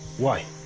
why?